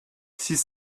six